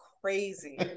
crazy